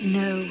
no